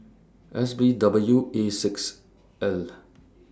S B W A six L